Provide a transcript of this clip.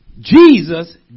Jesus